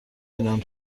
دونم